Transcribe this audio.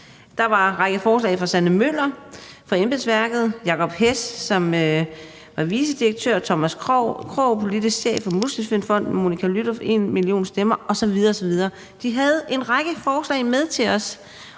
Der var en række forslag fra Sanne Møller fra Embedsværket ApS, Jacob Hess, vicedirektør i Ankestyrelsen, Thomas Krog, politisk chef for Muskelsvindfonden, Monica Lylloff fra #enmillionstemmer osv. osv. De havde en række forslag med til os